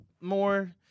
more